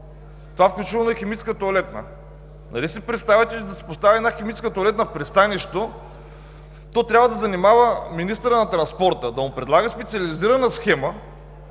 включително и химическа тоалетна. Нали си представяте, за да се постави една химическа тоалетна в пристанището, то трябва да занимава министъра на транспорта, да му предлага специализирана схема.